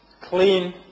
clean